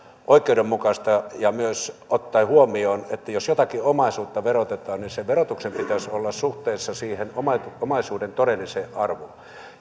oikeudenmukaista ja myös ottaen huomioon että jos jotakin omaisuutta verotetaan niin sen verotuksen pitäisi olla suhteessa siihen omaisuuden todelliseen arvoon